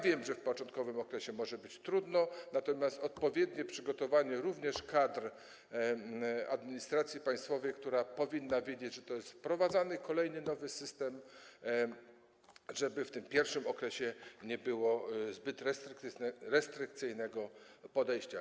Wiem, że w początkowym okresie może być trudno, natomiast potrzebne jest odpowiednie przygotowanie, również kadr administracji państwowej, która powinna wiedzieć, że jest wprowadzany kolejny nowy system i żeby w tym pierwszym okresie nie było zbyt restrykcyjnego podejścia.